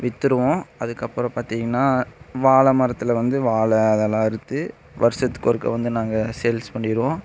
விற்றுருவோம் அதுக்கப்புறம் பார்த்தீங்கன்னா வாழைமரத்துல வந்து வாழை அதெல்லாம் அறுத்து வருஷத்துக்கு ஒருக்க வந்து நாங்கள் சேல்ஸ் பண்ணிடுவோம்